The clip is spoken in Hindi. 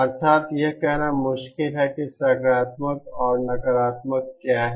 अर्थात् यह कहना मुश्किल है कि सकारात्मक और नकारात्मक क्या है